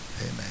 Amen